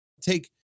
take